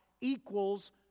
equals